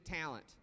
talent